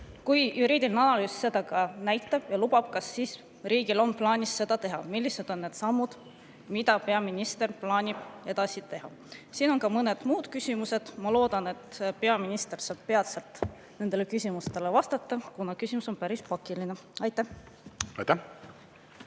Kui juriidiline analüüs seda näitab ja lubab, kas riigil on siis plaanis seda teha? Millised on sammud, mida peaminister plaanib edasi teha? Siin on ka mõned muud küsimused. Ma loodan, et peaminister saab peatselt nendele küsimustele vastata, kuna [teema] on päris pakiline. Aitäh! Aitäh!